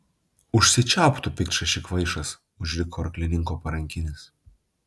užsičiaupk tu piktšaši kvaišas užriko arklininko parankinis